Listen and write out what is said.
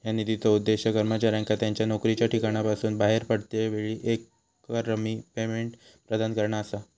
ह्या निधीचो उद्देश कर्मचाऱ्यांका त्यांच्या नोकरीच्या ठिकाणासून बाहेर पडतेवेळी एकरकमी पेमेंट प्रदान करणा असा